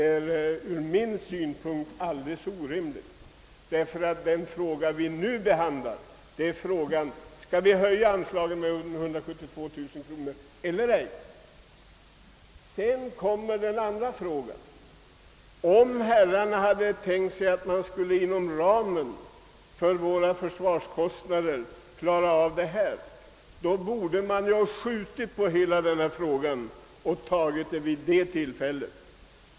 Det är från min synpunkt alldeles orimligt, ty den fråga vi nu diskuterar rör, som sagt, om vi skall höja försvarsanslaget med 172 000 kronor eller ej. Sedan kommer den andra frågan. Om herrarna har tänkt sig att vi inom ramen för våra försvarskostnader skall klara av dessa anslagshöjningar, borde vi ha skjutit på ställningstagandet och behandlat allt i ett sammanhang vid senare tillfälle.